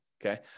Okay